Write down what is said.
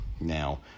Now